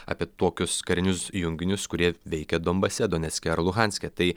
apie tokius karinius junginius kurie veikia donbase donecke ar luhanske tai